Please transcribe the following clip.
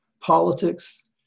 politics